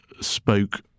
spoke